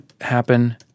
happen